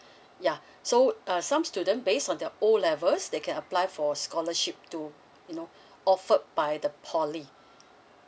ya so uh some student based on their O levels they can apply for scholarship to you know offered by the poly